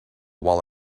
while